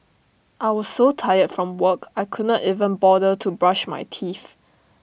I was so tired from work I could not even bother to brush my teeth